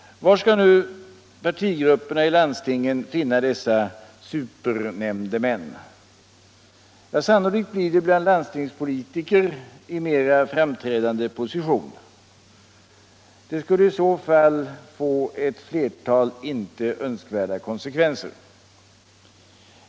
Var skall nu partigrupperna i landstingen finna dessa supernämndemän? Ja, sannolikt blir det bland landstingspolitiker i mera framträdande position. Det skulle i så fall få ett flertal icke önskvärda konsekvenser.